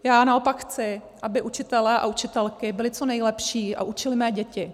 Já naopak chci, aby učitelé a učitelky byli co nejlepší a učili mé děti.